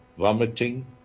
vomiting